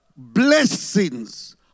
blessings